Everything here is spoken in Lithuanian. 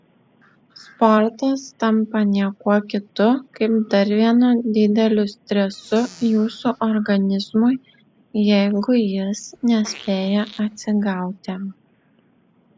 sportas tampa niekuo kitu kaip dar vienu dideliu stresu jūsų organizmui jeigu jis nespėja atsigauti